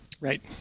Right